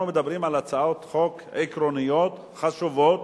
אנחנו מדברים על הצעות חוק עקרוניות, חשובות,